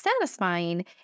satisfying